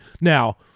Now